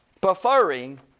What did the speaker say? Preferring